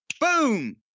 boom